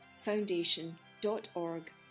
foundation.org